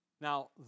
Now